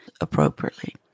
appropriately